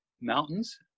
mountains